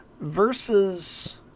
versus